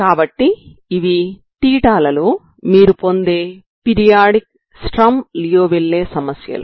కాబట్టి ఇవి లలో మీరు పొందే పిరియాడిక్ స్టర్మ్ లియోవిల్లే సమీకరణాలు